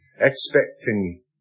expecting